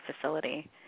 facility